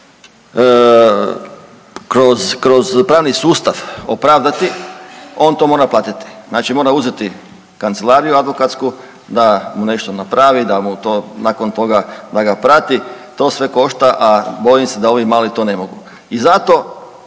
kroz pravni sustav opravdati on to mora platiti. Znači mora uzeti kancelariju advokatsku da mu nešto napravi, da mu to nakon toga da ga prati, to sve košta a bojim se da ovi mali to ne mogu i zato